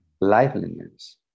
liveliness